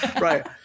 Right